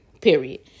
Period